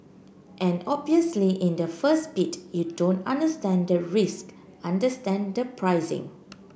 and obviously in the first bid you don't understand the risk understand the pricing